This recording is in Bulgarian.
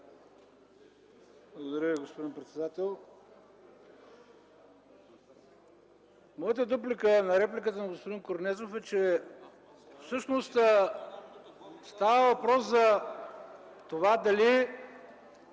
Благодаря Ви, господин председател. Моята дуплика на репликата на господин Корнезов е, че всъщност става въпрос затова дали